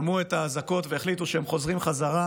הם שמעו את האזעקות והחליטו שהם חוזרים חזרה,